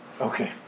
Okay